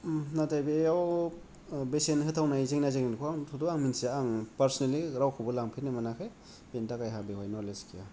नाथाय बेयाव बेसेन होथावनाय जेंना जेंनि खौथ' आं मिथिया आं पारसनेलि रावखौबो लांफेरनो मोनाखै बेनि थाखाय आंहा बेहाय नलेज गैया